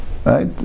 Right